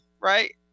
right